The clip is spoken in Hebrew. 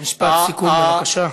משפט סיכום, בבקשה.